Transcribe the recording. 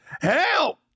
Help